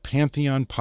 Pantheon